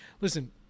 listen